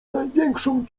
największą